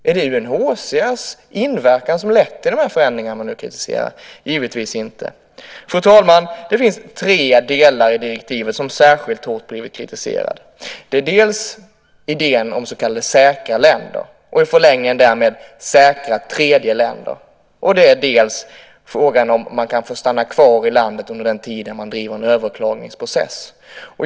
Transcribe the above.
Är det UNHCR:s inverkan som lett till de förändringar som man nu kritiserar? Givetvis inte. Fru talman! Det finns tre delar i direktivet som blivit särskilt hårt kritiserade. Det är dels idén om så kallade säkra länder, dels i förlängningen därav säkra tredjeländer och dels frågan om man kan få stanna kvar i landet under den tid man driver en överklagningsprocess.